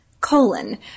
colon